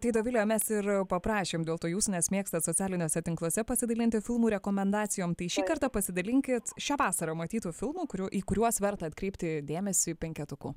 tai dovile mes ir paprašėm dėl to jūsų nes mėgstat socialiniuose tinkluose pasidalinti filmų rekomendacijom tai šį kartą pasidalinkit šią vasarą matytų filmų kurių į kuriuos verta atkreipti dėmesį penketuku